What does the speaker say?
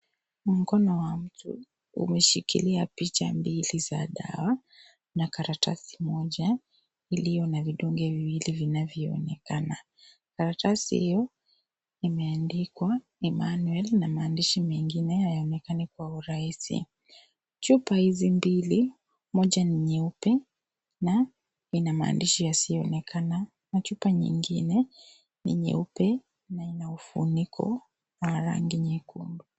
Mkono wa mtu umeshikilia picha mbili za dawa na karatasi moja iliyo na vidonge viwili vinavyoonekana. Karatasi hiyo imeandikwa Emmanuel na maandishi mengine hayaonekani kwa urahisi. Chupa hizi mbili moja ni nyeupe na ina maandishi yasiyoonekana na chupa nyingine ni nyeupe na ina ufuniko wa rangi nyekundu.